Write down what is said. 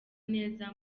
neza